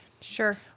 Sure